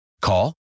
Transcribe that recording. Call